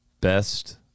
Best